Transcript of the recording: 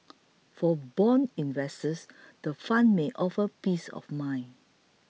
for bond investors the fund may offer peace of mind